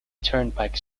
turnpike